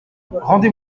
rendez